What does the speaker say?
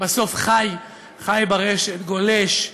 בסוף חי ברשת, גולש,